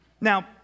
Now